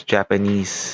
Japanese